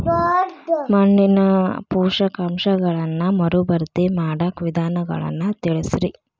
ಮಣ್ಣಿನ ಪೋಷಕಾಂಶಗಳನ್ನ ಮರುಭರ್ತಿ ಮಾಡಾಕ ವಿಧಾನಗಳನ್ನ ತಿಳಸ್ರಿ